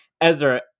Ezra